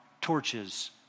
torches